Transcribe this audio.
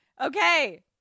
Okay